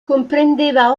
comprendeva